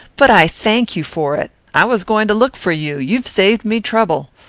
but i thank you for it. i was going to look for you you've saved me trouble.